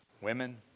women